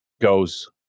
goes